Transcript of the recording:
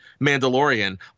Mandalorian